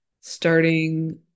starting